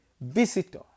visitor